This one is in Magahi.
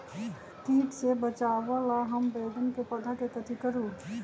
किट से बचावला हम अपन बैंगन के पौधा के कथी करू?